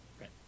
Right